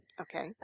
Okay